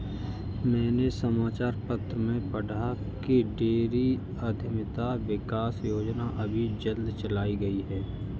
मैंने समाचार पत्र में पढ़ा की डेयरी उधमिता विकास योजना अभी जल्दी चलाई गई है